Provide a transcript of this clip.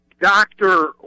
doctor